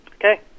okay